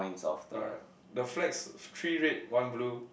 alright the flags three red one blue